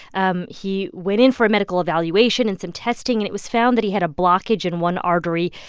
um he went in for a medical evaluation and some testing. and it was found that he had a blockage in one artery.